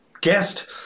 guest